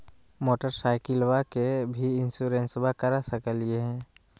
मोटरसाइकिलबा के भी इंसोरेंसबा करा सकलीय है?